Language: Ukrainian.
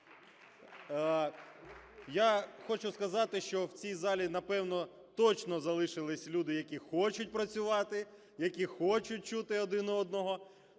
Я хочу сказати, що в цій залі, напевно, точно залишись люди, які хочуть працювати, які хочуть чути один одного,